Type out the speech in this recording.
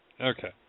Okay